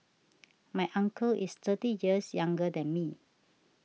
my uncle is thirty years younger than me